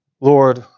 Lord